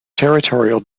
territorial